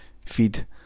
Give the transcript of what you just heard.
feed